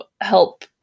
help